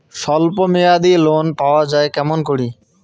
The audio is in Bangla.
স্বল্প মেয়াদি লোন পাওয়া যায় কেমন করি?